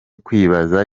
kwibaza